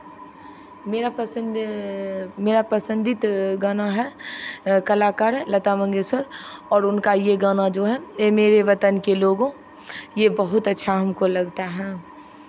मेरा पसंदी मेरा पसंदीदा गाना है कलाकार है लता मंगेशकर और उनका ये गाना जो है ऐ मेरे वतन के लोगों ये बहुत अच्छा हमको लगता है